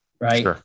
right